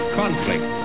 conflict